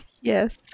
yes